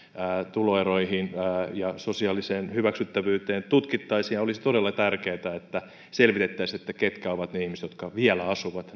tuloeroihin ja sosiaalista hyväksyttävyyttä tutkittaisiin ja olisi todella tärkeätä että selvitettäisiin keitä ovat ne kaksisataatuhatta ihmistä jotka vielä asuvat